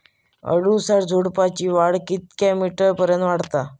अडुळसा झुडूपाची वाढ कितक्या मीटर पर्यंत वाढता?